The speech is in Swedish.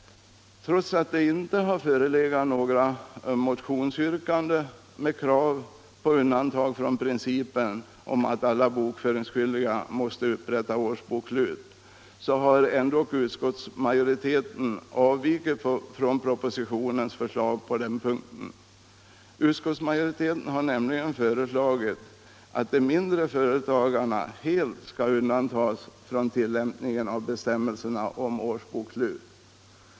Trots att det inte förelegat några motionsyrkanden med krav på undantag från principen att alla bokföringsskyldiga måste upprätta årsbokslut har utskottsmajoriteten avvikit från propositionens förslag på den punkten. Utskottsmajoriteten har nämligen föreslagit att de mindre företagarna helt skall undantas från tillämpningen av bestämmelserna om årsbokslut.